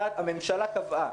הממשלה קבעה